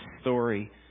story